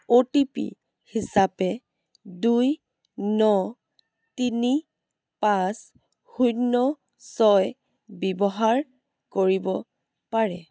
অ' T P হিচাপে দুই ন তিনি পাঁচ শূন্য ছয় ব্যৱহাৰ কৰিব পাৰে